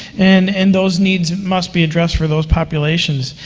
and and those needs must be addressed for those populations.